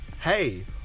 hey